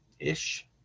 Ish